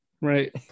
right